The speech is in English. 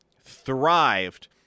thrived